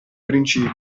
principi